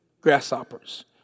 grasshoppers